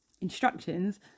instructions